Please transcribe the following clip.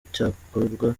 cyakorwa